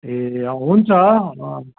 ए हुन्छ